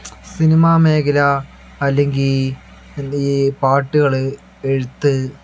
cinema മേഖല അല്ലെങ്കിൽ പിന്നെയീ പാട്ടുകള് എഴുത്ത്